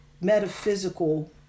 metaphysical